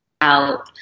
out